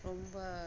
ரொம்ப